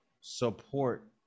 support